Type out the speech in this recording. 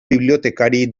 bibliotecari